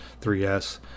3s